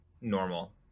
normal